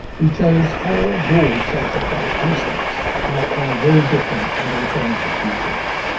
we chose four broad social characteristics that might drive very different and alternative futures.